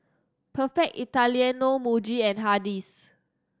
Perfect Italiano Muji and Hardy's